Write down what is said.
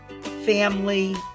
family